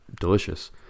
delicious